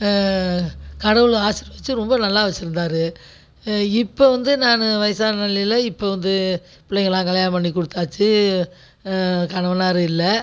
கடவுளும் ஆசீர்வதித்து ரொம்ப நல்லா வச்சிருந்தார் இப்போ வந்து நான் வயதான நிலைல இப்ப வந்து பிள்ளைங்கலாம் கல்யாணம் பண்ணி கொடுத்தாச்சு கணவனார் இல்லை